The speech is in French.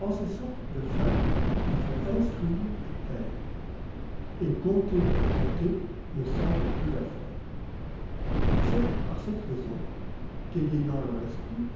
eu ces sortes de feinte il faut instruire et plaire et conter pour conter me semble pcud'altaire c'est par cette raison qu'égayant leur esprit